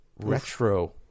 retro